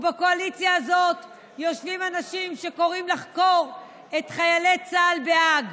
ובקואליציה הזאת יושבים אנשים שקוראים לחקור את חיילי צה"ל בהאג.